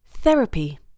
Therapy